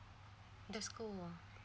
the school